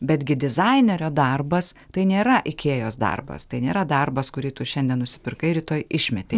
betgi dizainerio darbas tai nėra ikėjos darbas tai nėra darbas kurį tu šiandien nusipirkai rytoj išmetei